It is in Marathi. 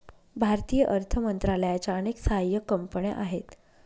भारतीय अर्थ मंत्रालयाच्या अनेक सहाय्यक कंपन्या आहेत